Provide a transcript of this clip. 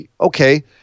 okay